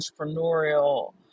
entrepreneurial